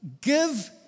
give